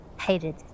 Hated